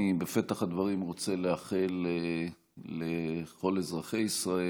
בפתח הדברים אני רוצה לאחל לכל אזרחי ישראל